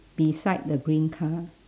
beside the green car